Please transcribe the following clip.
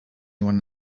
one